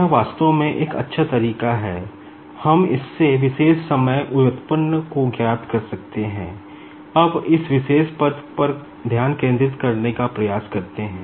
यह वास्तव में एक अच्छा तरीका है हम इससे विशेष समय व्युत्पन्न को ज्ञात कर सकते हैं अब इस विशेष पद पर ध्यान केंद्रित करने का प्रयास करते हैं